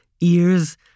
ears